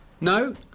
No